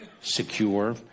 secure